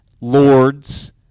lords